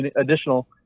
additional